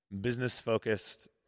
business-focused